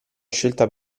scelta